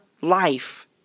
life